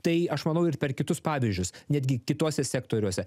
tai aš manau ir per kitus pavyzdžius netgi kituose sektoriuose